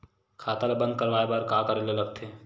खाता ला बंद करवाय बार का करे ला लगथे?